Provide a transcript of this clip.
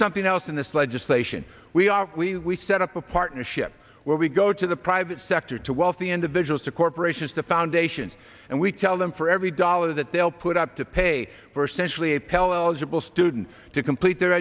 something else in this legislation we are we set up a partnership where we go to the private sector to wealthy individuals to corporations the foundation and we tell them for every dollar that they will put up to pay for essential apell eligible student to complete their